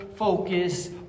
focus